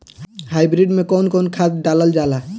Hybrid में कउन कउन खाद डालल जाला?